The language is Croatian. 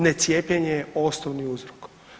Necijepljenje je osnovni uzrok.